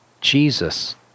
Jesus